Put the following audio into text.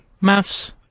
maths